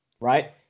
right